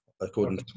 according